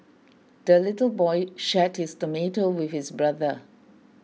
the little boy shared his tomato with his brother